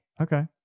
Okay